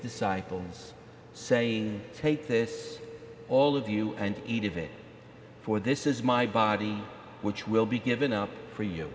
disciples saying take this all of you and eat of it for this is my body which will be given up for you